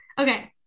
okay